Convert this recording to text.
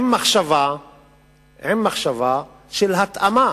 עם מחשבה של התאמה